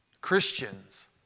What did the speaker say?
Christians